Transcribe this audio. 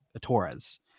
Torres